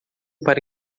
para